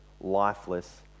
lifeless